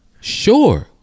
Sure